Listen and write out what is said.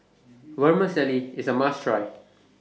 Vermicelli IS A must Try